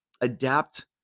adapt